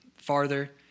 farther